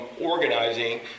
organizing